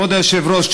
כבוד היושב-ראש,